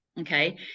Okay